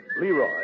Leroy